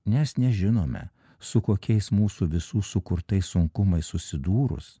nes nežinome su kokiais mūsų visų sukurtais sunkumais susidūrus